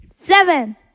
Seven